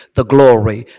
the glory,